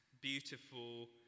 beautiful